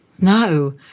No